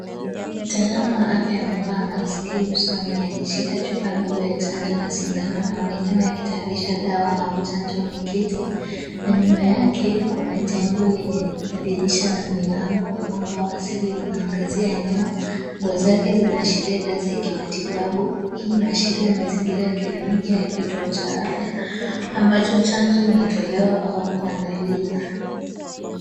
Mtaalamu wa afya amevaa maski usoni akishika chupa ndogo ya chanjo na sindano anaonekana akitayarisha dawa au chanjo ameketi na nyuma yake kuna jengo lenye madirisha na milango. Mwanga wa asili unaangazia eneo, nguo zake zinaashiria kazi ya kimatibabu. Hii inaashiria mazingira ya kliniki au kituo cha afya ambacho chanjo inatolewa au kuandaliwa.